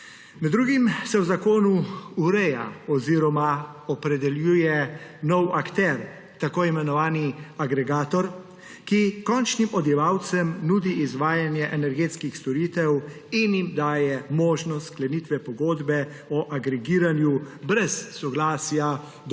Med drugim se v zakonu ureja oziroma opredeljuje nov akter, tako imenovani agregator, ki končnim odjemalcem nudi izvajanje energetskih storitev in jim daje možnost sklenitve pogodbe o agregiranju brez soglasja